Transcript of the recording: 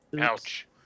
Ouch